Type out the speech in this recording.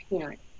parents